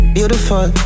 Beautiful